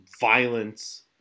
violence